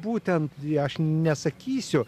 būtent ir aš nesakysiu